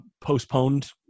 postponed